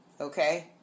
Okay